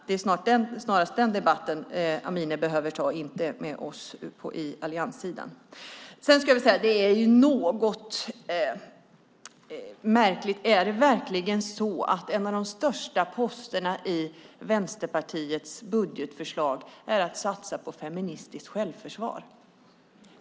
Det är snarast den debatten Amineh behöver ta, inte den med oss på allianssidan. En sak är märklig. Är det verkligen så att en av de största posterna i Vänsterpartiets budgetförslag är en satsning på feministiskt självförsvar?